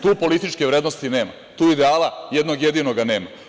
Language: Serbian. Tu političke vrednosti nema, tu ideala jednog jedinog nema.